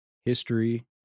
history